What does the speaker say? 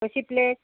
कशी प्लेट